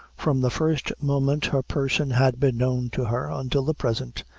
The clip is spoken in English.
from the first moment her person had been known to her until the present,